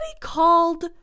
called